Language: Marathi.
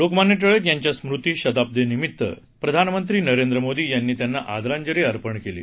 लोकमान्य टिळक यांच्या स्मृती शताब्दीनिमित्त पंतप्रधान नरेंद्र मोदी यांनी त्यांना आदरांजली अर्पण केली आहे